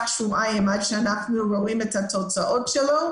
שבועיים עד שאנחנו רואים את התוצאות שלו,